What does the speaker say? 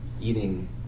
eating